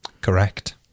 Correct